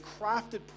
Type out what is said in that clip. crafted